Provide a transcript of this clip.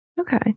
Okay